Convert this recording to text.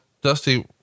Dusty